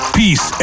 peace